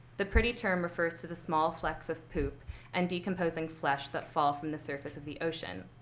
the pretty term refers to the small flecks of poop and decomposing flesh that fall from the surface of the ocean.